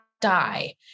die